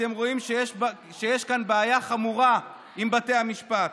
אתם רואים שיש כאן בעיה חמורה עם בתי המשפט.